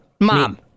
Mom